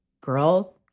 girl